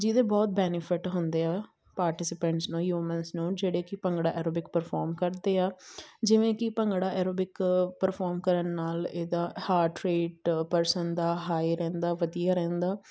ਜਿਹਦੇ ਬਹੁਤ ਬੈਨੀਫਿਟ ਹੁੰਦੇ ਆ ਪਾਰਟੀਸਪੈਂਟਸ ਨੂੰ ਹਿਊਮਨਸ ਨੂੰ ਜਿਹੜੇ ਕਿ ਭੰਗੜਾ ਐਰੋਬਿਕ ਪਰਫੋਰਮ ਕਰਦੇ ਆ ਜਿਵੇਂ ਕਿ ਭੰਗੜਾ ਐਰੋਬਿਕ ਪਰਫੋਰਮ ਕਰਨ ਨਾਲ ਇਹਦਾ ਹਾਰਟ ਰੇਟ ਪਰਸਨ ਦਾ ਹਾਏ ਰਹਿੰਦਾ ਵਧੀਆ ਰਹਿੰਦਾ